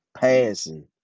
passing